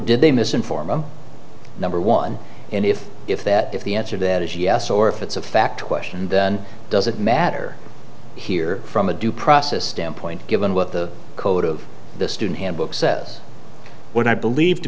did they miss inform number one and if if that if the answer that is yes or if it's a fact question then does it matter here from a due process standpoint given what the code of the student handbook says what i believe to